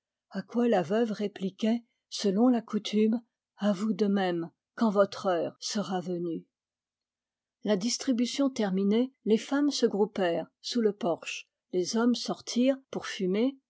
a quoi la veuve répliquait selon la coutume a vous de même quand votre heure sera venue la distribution terminée les femmes se groupèrent sous le porche les hommes sortirent pour fumer